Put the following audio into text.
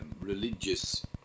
religious